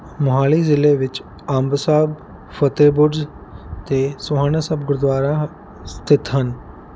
ਮੋਹਾਲੀ ਜ਼ਿਲ੍ਹੇ ਵਿੱਚ ਅੰਬ ਸਾਹਿਬ ਫਤਿਹ ਬੁਰਜ ਅਤੇ ਸੋਹਾਣਾ ਸਾਹਿਬ ਗੁਰਦੁਆਰਾ ਸਥਿਤ ਹਨ